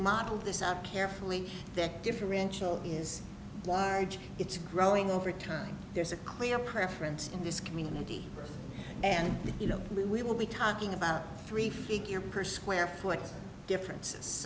modeled this out carefully the differential is large it's growing over time there's a clear preference in this community and you know we will be talking about three figure per square foot differences